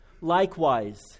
Likewise